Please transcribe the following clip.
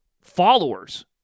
followers